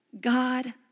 God